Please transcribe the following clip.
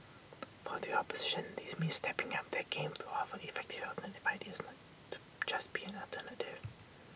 for the opposition this means stepping up their game to offer effective alternative ideas not to just be an alternative